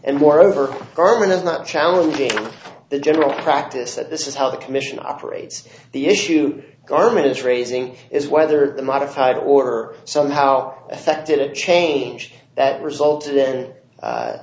and moreover ermine is not challenging the general practice that this is how the commission operates the issue garment is raising is whether the modified or somehow affected a change that resulted